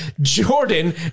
Jordan